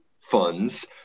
funds